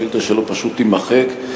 השאילתא שלו פשוט תימחק.